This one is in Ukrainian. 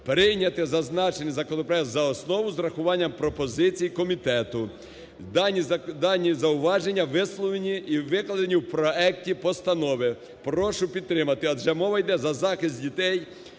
прийняти зазначений законопроект за основу з врахуванням пропозицій комітету. Дані зауваження висловлені і викладені в проекті постанови, прошу підтримати, адже мова йде про захист дітей